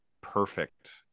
perfect